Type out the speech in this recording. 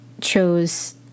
chose